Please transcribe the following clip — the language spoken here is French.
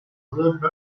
club